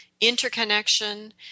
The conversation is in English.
interconnection